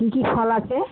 কী কী ফল আছে